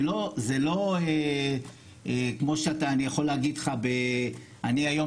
זה לא כמו שאני יכול להגיד לך אני היום